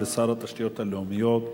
תודה לשר התשתיות הלאומיות.